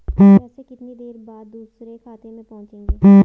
पैसे कितनी देर बाद दूसरे खाते में पहुंचेंगे?